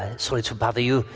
ah sorry to bother you,